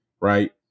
Right